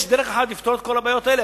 יש דרך אחת לפתור את כל הבעיות האלה.